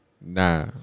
Nah